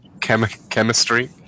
chemistry